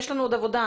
יש לנו עוד עבודה.